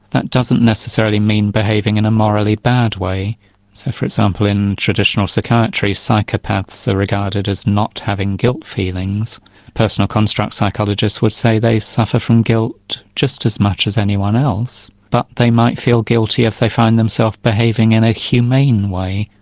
that doesn't necessarily mean behaving in a morally bad way so for example in traditional psychiatry psychopaths are regarded as not having guilt feelings personal construct psychologists would say they suffer from guilt just as much as anyone else, but they might feel guilty if they find themselves behaving in a humane way,